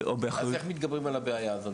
אז איך בעצם מתגברים על הבעיה הזאת,